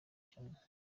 cyane